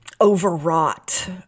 overwrought